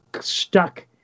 stuck